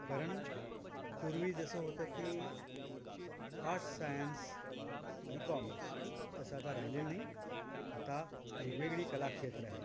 कारण पूर्वी जसं होतं की आर्ट सायन्स आणि कॉमर्स तसं आता राहिलेलं नाही आता वेगवेगळी कलाक्षेत्रं आहे